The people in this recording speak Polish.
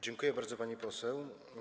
Dziękuję bardzo, pani poseł.